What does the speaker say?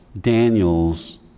Daniel's